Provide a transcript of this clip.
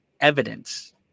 evidence